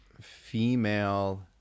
female